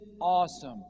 awesome